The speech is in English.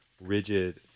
rigid